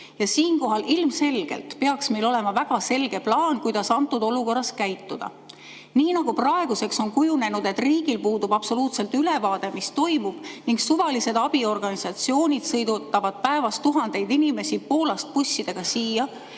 Siinkohal ilmselgelt peaks meil olema väga selge plaan, kuidas selles olukorras käituda. Nii nagu praeguseks on kujunenud, et riigil puudub absoluutselt ülevaade sellest, mis toimub, ning suvalised abiorganisatsioonid sõidutavad päevas tuhandeid inimesi Poolast bussidega siia,